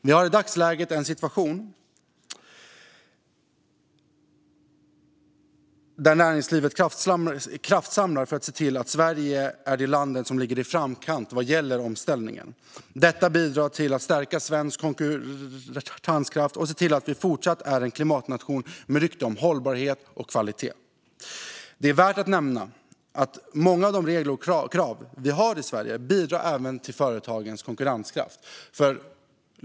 Vi har i dagsläget en situation där näringslivet kraftsamlar för att se till att Sverige är det land som ligger i framkant vad gäller omställningen. Detta bidrar till att stärka svensk konkurrenskraft och till att vi fortsatt är en klimatnation med rykte om hållbarhet och kvalitet. Det är värt att nämna att många av de regler och krav som vi har i Sverige även bidrar till företagens konkurrenskraft.